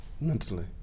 mentally